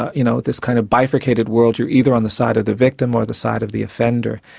you know, this kind of bifurcated world you're either on the side of the victim or the side of the offender.